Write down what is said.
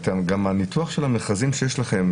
מניתוח המכרזים שיש לכם,